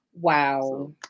Wow